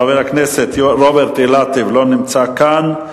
חבר הכנסת רוברט אילטוב, לא נמצא כאן.